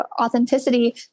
authenticity